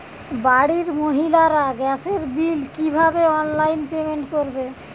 বাড়ির মহিলারা গ্যাসের বিল কি ভাবে অনলাইন পেমেন্ট করবে?